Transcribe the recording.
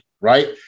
right